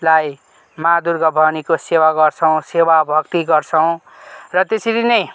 लाई मा दुर्गा भवानीको सेवा गर्छौँ सेवा भक्ति गर्छौँ र त्यसरी नै